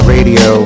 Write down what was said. Radio